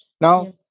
Now